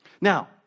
Now